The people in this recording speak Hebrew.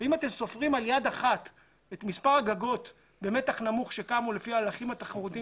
וסופרים על יד אחת את מספר הגגות במתח נמוך שקמו לפי ההליכים התחרותיים